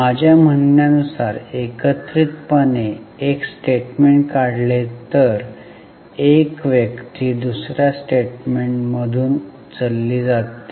माझ्या म्हणण्या नुसार एकत्रितपणे एक स्टेटमेंट काढले तर एक व्यक्ती दुसर्या स्टेटमेंटमधून उचलली जाते